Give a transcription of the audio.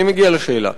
אני מגיע לשאלה.